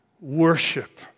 worship